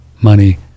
money